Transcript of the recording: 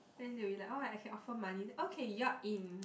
then you'll be like oh I can offer money okay you're in